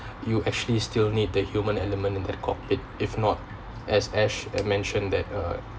you actually still need that human element in the cockpit if not as ash I mentioned that uh